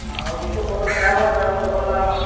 ଆଉ ଔଷଧ ପତର ଖାଇବ ତାପରେ ଭଲ୍ ଲାଗ୍ବା